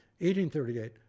1838